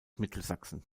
mittelsachsen